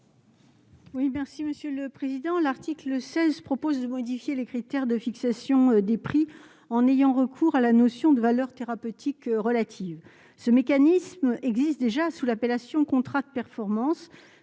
Oui, merci Monsieur le Président, l'article 16, propose de modifier les critères de fixation des prix, en ayant recours à la notion de valeur thérapeutique relative ce mécanisme existe déjà sous l'appellation contrats de performance